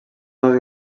nous